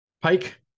Pike